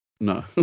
No